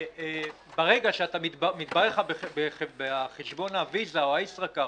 ברגע שמתברר לך בחשבון הוויזה או הישראכרט